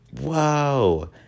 whoa